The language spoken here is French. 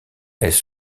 elles